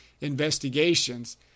investigations